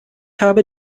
habe